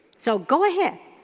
so, go ahead,